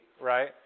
right